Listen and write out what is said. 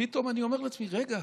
ופתאום אני אומר לעצמי: רגע,